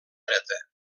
dreta